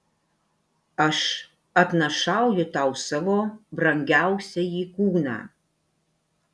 aš atnašauju tau savo brangiausiąjį kūną